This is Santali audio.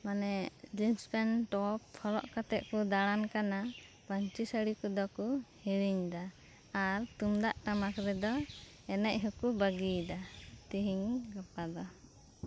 ᱢᱟᱱᱮ ᱡᱤᱱᱥ ᱯᱮᱱᱴ ᱴᱚᱯ ᱦᱚᱨᱚᱜ ᱠᱟᱛᱮᱫ ᱠᱚ ᱫᱟᱬᱟᱱ ᱠᱟᱱᱟ ᱯᱟᱧᱪᱤ ᱥᱟᱲᱤ ᱠᱚᱫᱚ ᱠᱚ ᱦᱤᱲᱤᱧ ᱮᱫᱟ ᱟᱨ ᱛᱩᱢᱫᱟᱜ ᱴᱟᱢᱟᱠ ᱨᱮᱫᱚ ᱮᱱᱮᱡ ᱦᱚᱸᱠᱚ ᱵᱟᱜᱤ ᱮᱫᱟ ᱛᱮᱹᱦᱮᱹᱧ ᱜᱟᱯᱟ ᱫᱚ